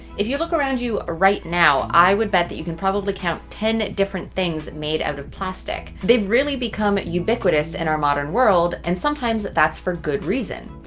if you look around you right now, i would bet that you can probably count ten different things made out of plastic. they've really become ubiquitous in our modern world. and sometimes that's for good reason.